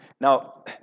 Now